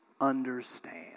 understand